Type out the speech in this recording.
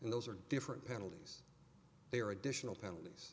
and those are different penalties there are additional penalties